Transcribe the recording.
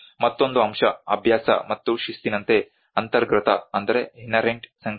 ಮತ್ತೊಂದು ಅಂಶ ಅಭ್ಯಾಸ ಮತ್ತು ಶಿಸ್ತಿನಂತೆ ಅಂತರ್ಗತ ಸಂಕೀರ್ಣತೆ